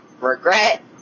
regret